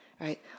right